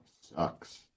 sucks